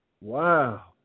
Wow